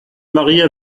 marier